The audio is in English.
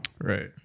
Right